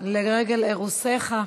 לרגל אירוסיך.